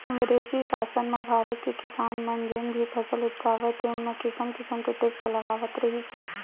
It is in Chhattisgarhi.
अंगरेजी सासन म भारत के किसान मन जेन भी फसल उपजावय तेन म किसम किसम के टेक्स लगावत रिहिस हे